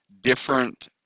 different